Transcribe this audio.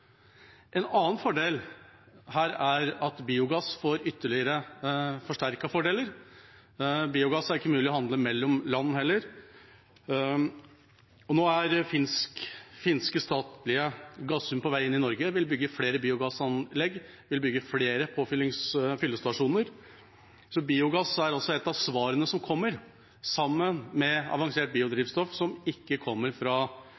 En annen fordel er at biogass får ytterligere forsterkede fordeler. Biogass er heller ikke mulig å handle med mellom land. Nå er finske, statlige Gasum på vei inn i Norge og vil bygge flere biogassanlegg, flere fyllestasjoner. Biogass er altså et av svarene som kommer – sammen med avansert biodrivstoff som ikke kommer fra